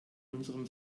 unserem